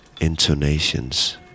intonations